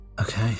Okay